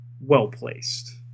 well-placed